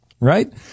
Right